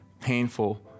painful